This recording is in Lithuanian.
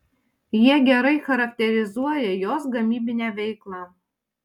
jie gerai charakterizuoja jos gamybinę veiklą